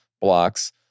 blocks